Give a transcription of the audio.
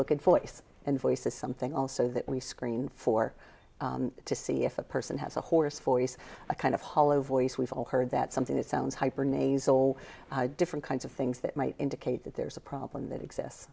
look at for us and voice is something also that we screen for to see if a person has a horse for us a kind of hollow voice we've all heard that something that sounds hyper nasal different kinds of things that might indicate that there's a problem that exists